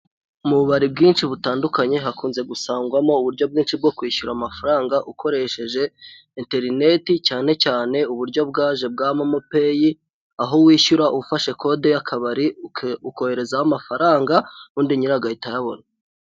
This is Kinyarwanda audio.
Mu bubari bwinshi butandukanye hakunze gusangwamo uburyo bwinshi bwo kwishyura amafaranga ukoresheje interineti cyane cyane uburyo bwaje bwa momopeyi aho wishyura ufashe kode y'akabari ukoherezaho amafaranga ubundi nyirayo agahita ayabona.